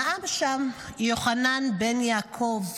נאם שם יוחנן בן-יעקב.